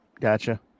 Gotcha